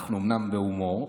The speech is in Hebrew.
אנחנו אומנם בהומור,